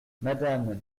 madame